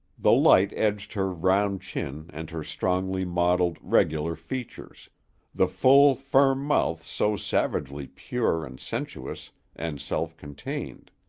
the light edged her round chin and her strongly modeled, regular features the full, firm mouth so savagely pure and sensuous and self-contained.